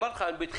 אמרתי לך בפתיח,